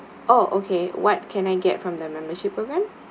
oh okay what can I get from the membership program